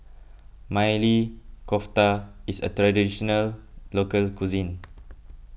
Maili Kofta is a Traditional Local Cuisine